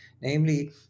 Namely